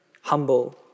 humble